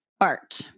art